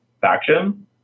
faction